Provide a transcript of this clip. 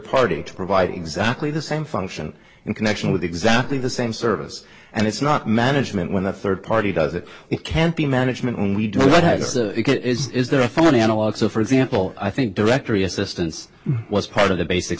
party to provide exactly the same function in connection with exactly the same service and it's not management when the third party does it it can't be management when we do whatever it is there for an analog so for example i think directory assistance was part of the basic